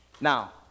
Now